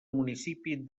municipi